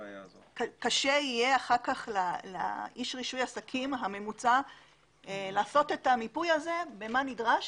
כך יהיה קשה לאיש רישוי עסקים הממוצע לעשות את המיפוי הזה של מה נדרש.